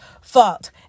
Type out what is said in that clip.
fault